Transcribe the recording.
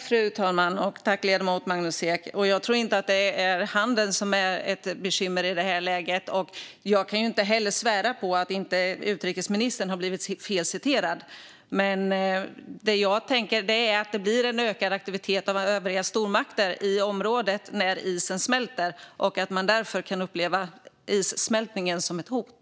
Fru talman! Tack, ledamot Magnus Ek! Jag tror inte att det är handeln som är ett bekymmer i det här läget. Jag kan inte heller svära på att utrikesministern inte har blivit felciterad. Jag tänker att det blir ökad aktivitet från övriga stormakter i området när isen smälter. Därför kan issmältningen upplevas som ett hot.